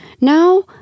Now